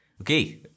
Okay